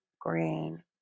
green